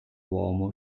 uomo